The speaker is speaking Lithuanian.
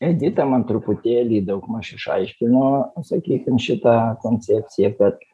edita man truputėlį daugmaž išaiškino sakykim šitą koncepciją kad